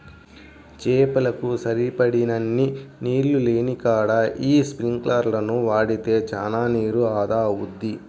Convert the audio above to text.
చేలకు సరిపడినన్ని నీళ్ళు లేనికాడ యీ స్పింకర్లను వాడితే చానా నీరు ఆదా అవుద్ది